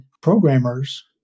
programmers